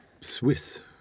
Swiss